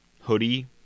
hoodie